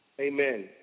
Amen